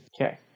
Okay